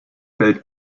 bellt